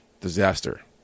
disaster